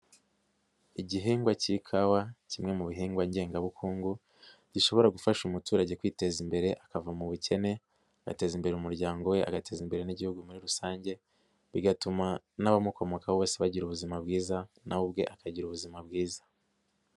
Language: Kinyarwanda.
Igihingwa cy'ikawa kimwe mu bihingwa ngengabukungu, gishobora gufasha umuturage kwiteza imbere akava mu bukene, agateza imbere umuryango we, agateza imbere n'igihugu muri rusange bigatuma n'abamukomokaho bose bagira ubuzima bwiza na we ubwe akagira ubuzima bwiza.